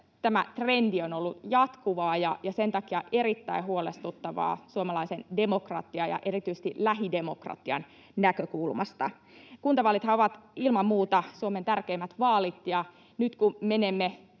tämä trendi on ollut jatkuvaa ja sen takia erittäin huolestuttavaa suomalaisen demokratian ja erityisesti lähidemokratian näkökulmasta. Kuntavaalithan ovat ilman muuta Suomen tärkeimmät vaalit, ja nyt kun menemme